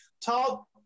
Talk